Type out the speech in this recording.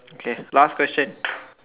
okay last question